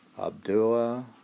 Abdullah